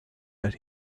that